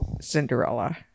Cinderella